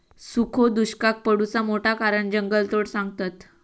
सुखो दुष्काक पडुचा मोठा कारण जंगलतोड सांगतत